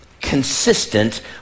consistent